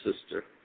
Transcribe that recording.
sister